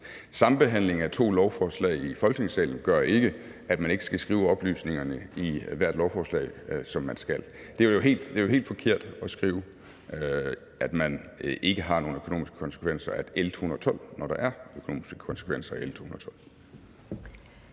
Sambehandling af to lovforslag i Folketingssalen gør ikke, at man ikke skal skrive oplysningerne i hvert lovforslag, for det skal man. Det er jo helt forkert at skrive, at L 212 ikke medfører nogen økonomiske konsekvenser, når der er økonomiske konsekvenser af L 212.